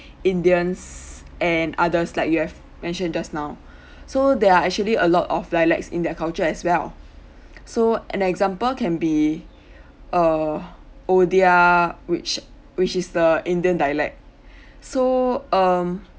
indians and others like you have mentioned just now so there are actually a lot of dialects in their culture as well so an example can be uh or their which which is the indian dialect so um